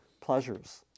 pleasures